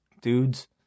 dudes